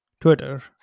Twitter